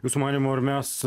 jūsų manymu ar mes